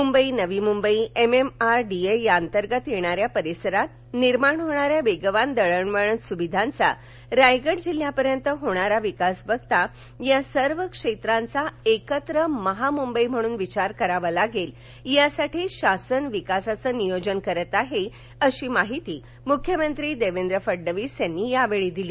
Mumbai Navi Mumbai MMRDA अंतर्गत येणाऱ्या परिसरात निर्माण होणाऱ्या वेगवान दळणवळण सुविधांचा रायगड जिल्ह्यापर्यंत होणारा विकास पाहता या सर्व क्षेत्राचा एकत्र महामुंबई म्हणूनच विचार करावा लागेल त्यासाठी शासन विकासाच नियोजन करत आहे अशी माहिती मुख्यमंत्री देवेंद्र फडणवीस यांनी यावेळी दिली